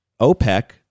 OPEC